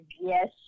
Yes